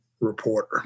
reporter